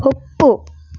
ಒಪ್ಪು